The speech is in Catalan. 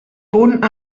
punt